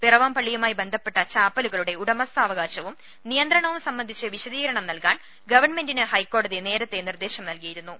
പിറവം പള്ളിയുമായി ബന്ധപ്പെട്ട ചാപ്പലുകളുടെ ഉടമസ്ഥാവകാ ശവും നിയന്ത്രണവും സംബന്ധിച്ച് വിശ്ദീകരണം നൽകാൻ ഗവൺമെന്റിന് ഹൈക്കോടതി നേരത്തെ നിർദ്ദേശം നൽകിയിരു ന്നു